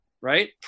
right